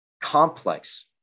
complex